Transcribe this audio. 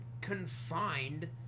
confined